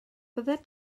fyddet